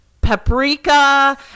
paprika